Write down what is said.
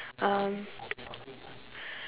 um